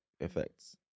effects